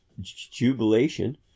jubilation